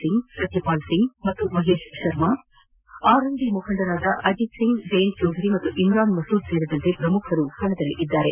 ಸಿಂಗ್ ಸತ್ಯಪಾಲ್ ಸಿಂಗ್ ಹಾಗೂ ಮಹೇಶ್ ಶರ್ಮ ಆರ್ಎಲ್ಡಿ ಮುಖಂಡರಾದ ಅಜಿತ್ ಸಿಂಗ್ ಜಯಂತ್ ಚೌಧರಿ ಹಾಗೂ ಇಮ್ರಾನ್ ಮಸೂದ್ ಸೇರಿದಂತೆ ಪ್ರಮುಖರು ಕಣದಲ್ಲಿದ್ದಾರೆ